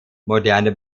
moderne